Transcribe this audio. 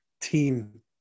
team